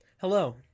Hello